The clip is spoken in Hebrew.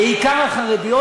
בעיקר החרדיות,